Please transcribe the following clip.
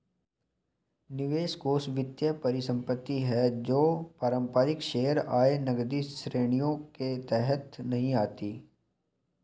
निवेश कोष वित्तीय परिसंपत्ति है जो पारंपरिक शेयर, आय, नकदी श्रेणियों के तहत नहीं आती